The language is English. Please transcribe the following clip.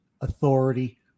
authority